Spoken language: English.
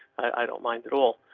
i don't mind at all.